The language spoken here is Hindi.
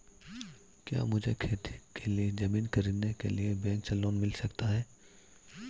क्या मुझे खेती के लिए ज़मीन खरीदने के लिए बैंक से लोन मिल सकता है?